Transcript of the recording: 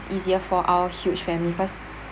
it's easier for our huge family because